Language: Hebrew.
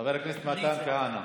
חבר הכנסת מתן כהנא,